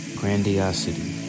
grandiosity